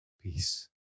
peace